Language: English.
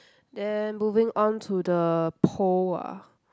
then moving onto the pole ah